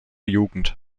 jugend